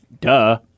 Duh